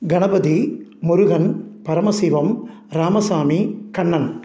Ganapathi Murugan Paramasivam Ramasamy Kannan